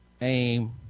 aim